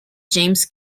james